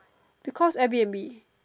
because airbnb